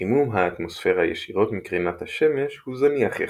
חימום האטמוספירה ישירות מקרינת השמש הוא זניח יחסית.